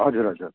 हजुर हजुर